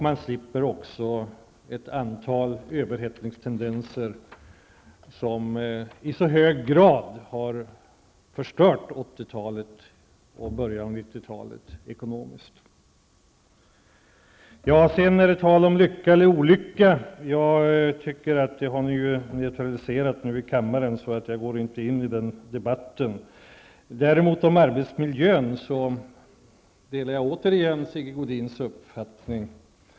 Man slipper också ett antal överhettningstendenser, som i så hög grad har förstört vårt lands ekonomi under 1980-talet och början av 1990-talet. Här har talats om lyckan resp. olyckan med en ny regering. Den frågan har ni neutraliserat här i kammaren, varför jag inte går in på den. I fråga om arbetsmiljön delar jag på nytt Sigge Godins uppfattning.